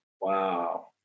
Wow